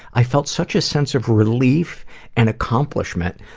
i felt such a sense of relief and accomplishment,